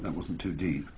and wasn't too deep.